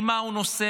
עם מה הוא נוסע,